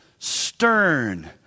stern